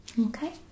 okay